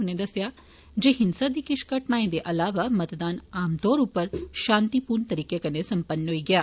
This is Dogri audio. उनें दस्सेआ जे हिंसा दी किश घटनाएं दे अलावा मतदान आमतौरा उप्पर शांतिपूर्ण तरीके कन्नै संपन्न होआ ऐ